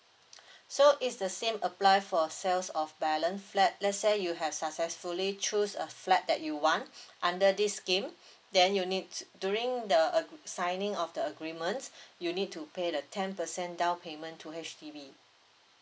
so is the same apply for sales of balance flat let's say you have successfully choose a flat that you want under this scheme then you need during the uh signing of the agreement you need to pay the ten percent down payment to H_D_B